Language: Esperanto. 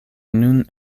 nun